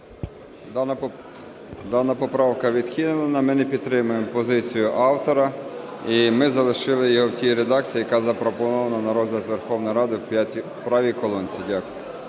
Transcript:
Дана поправка відхилена, ми не підтримуємо позицію автора. І ми залишили його в тій редакції, яка запропонована на розгляд Верховної Ради в правій колонці. Дякую.